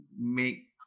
make